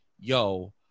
yo